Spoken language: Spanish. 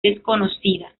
desconocida